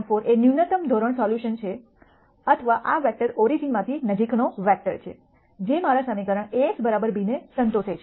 4 એ ન્યૂનતમ ધોરણ સોલ્યુશન છે અથવા આ વેક્ટર ઓરિજીનમાંથી નજીકનો વેક્ટર છે જે મારા સમીકરણ A x b ને સંતોષે છે